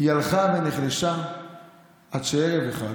היא הלכה ונחלשה עד שערב אחד